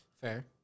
Fair